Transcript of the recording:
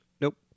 Nope